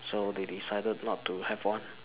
so they decided not to have one